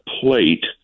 plate